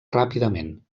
ràpidament